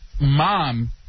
mom